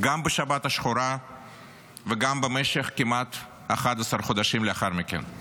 גם בשבת השחורה וגם במשך כמעט 11 חודשים לאחר מכן,